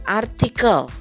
article